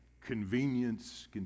Convenience